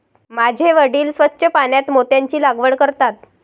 माझे वडील स्वच्छ पाण्यात मोत्यांची लागवड करतात